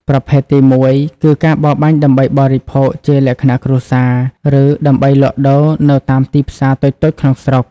ប្រភេទទីមួយគឺ ការបរបាញ់ដើម្បីបរិភោគជាលក្ខណៈគ្រួសារ ឬដើម្បីលក់ដូរនៅតាមទីផ្សារតូចៗក្នុងស្រុក។